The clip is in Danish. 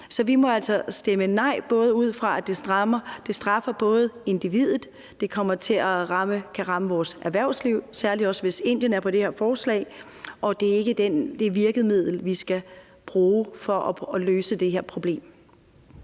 Så vi må altså stemme nej ud fra, at det både straffer individet og kan komme til at ramme vores erhvervsliv – særlig også hvis Indien er på det her forslag – og det er ikke det virkemiddel, vi skal bruge for at løse det her problem.